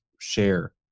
share